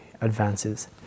advances